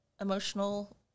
emotional